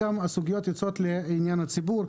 הסוגיות יוצאות לעניין הציבור,